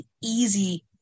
easy